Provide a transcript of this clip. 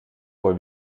voor